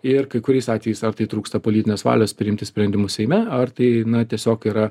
ir kai kuriais atvejais ar tai trūksta politinės valios priimti sprendimus seime ar tai na tiesiog yra